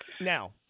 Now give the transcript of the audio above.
Now